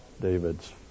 David's